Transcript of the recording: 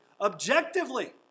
Objectively